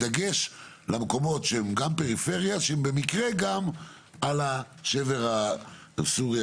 בדגש למקומות שהם גם פריפריה שהם במקרה גם על השבר הסורי-אפריקני,